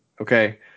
Okay